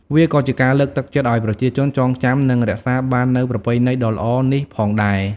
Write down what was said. វាក៏ជាការលើកទឹកចិត្តឲ្យប្រជាជនចងចាំនិងរក្សាបាននូវប្រពៃណីដ៏ល្អនេះផងដែរ។